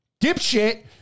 dipshit